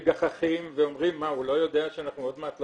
מגחכים ושואלים האם הוא לא יודע שעוד מעט אנחנו